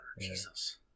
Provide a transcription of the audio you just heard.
Jesus